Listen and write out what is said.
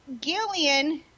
Gillian